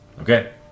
Okay